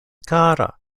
kara